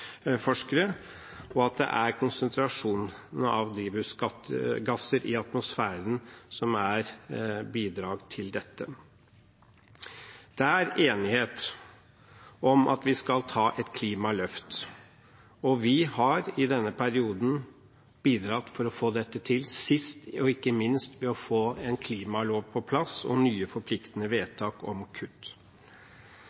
at konsentrasjonen av drivhusgasser i atmosfæren bidrar til dette. Det er enighet om at vi skal ta et klimaløft, og vi har i denne perioden bidratt for å få dette til: sist, men ikke minst ved å få en klimalov på plass og nye forpliktende